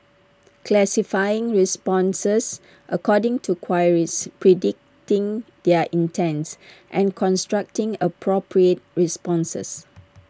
classifying responses according to queries predicting their intents and constructing appropriate responses